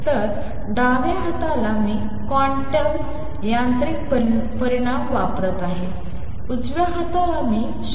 तर डाव्या हाताला मी क्वांटम यांत्रिक परिणाम वापरत आहे उजव्या हाताला मी शास्त्रीय निकाल वापरत आहे